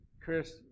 Chris